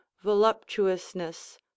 voluptuousness